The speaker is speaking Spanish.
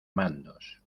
mandos